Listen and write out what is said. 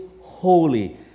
holy